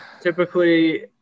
Typically